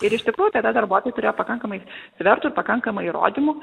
ir iš tikrųjų tada darbuotojai turėjo pakankamai svertų ir pakankamai įrodymų